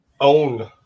own